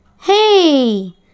Hey